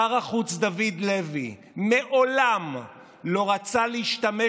שר החוץ דוד לוי מעולם לא רצה להשתמש